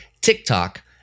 TikTok